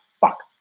fuck